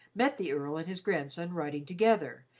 met the earl and his grandson riding together,